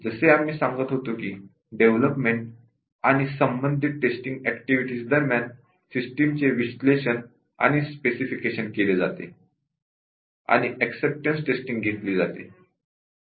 जसे आम्ही सांगत होतो की डेव्हलपमेंट आणि संबंधित टेस्टींग ऍक्टिव्हिटी दरम्यान सिस्टमचे एनालिसिस आणि स्पेसिफिकेशन केले जाते आणि एक्सेप्टेंस टेस्टींग घेतली जाते